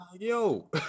Yo